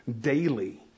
daily